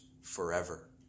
forever